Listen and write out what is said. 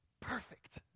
Perfect